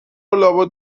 لابد